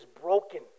broken